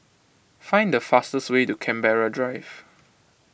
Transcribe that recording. find the fastest way to Canberra Drive